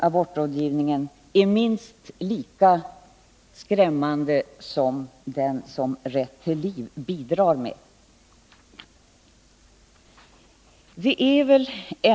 abortrådgivningen är minst lika skrämmande som den som Rätt till liv-rörelsen bidrar med.